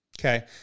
Okay